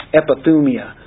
epithumia